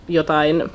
jotain